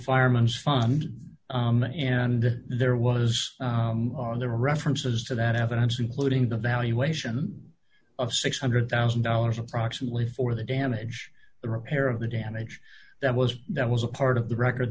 fireman's fund and there was on the references to that evidence including the valuation of six hundred thousand dollars approximately for the damage the repair of the damage that was that was a part of the record